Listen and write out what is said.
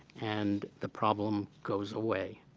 and the problem goes away.